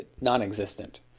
non-existent